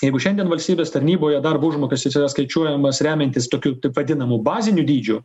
jeigu šiandien valstybės tarnyboje darbo užmokestis yra skaičiuojamas remiantis tokiu taip vadinamu baziniu dydžiu